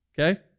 okay